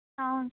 అవును